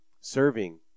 Serving